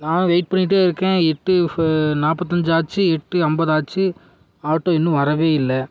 நான் வெயிட் பண்ணிகிட்டே இருக்கேன் எட்டு நாற்பாத்தஞ்சாச்சி எட்டு ஐம்பதாச்சி ஆட்டோ இன்னும் வரவே இல்லை